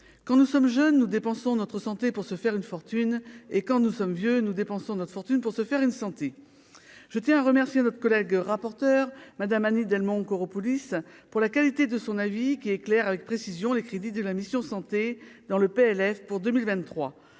quand nous sommes jeunes, nous dépensons notre santé, pour se faire une fortune et quand nous sommes vieux nous dépensons notre fortune pour se faire une santé, je tiens à remercier notre collègue rapporteur madame Annie Delmont Koropoulis pour la qualité de son avis, qui éclaire avec précision les crédits de la mission Santé dans le PLF pour 2023